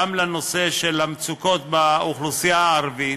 גם לנושא של המצוקות באוכלוסייה הערבית.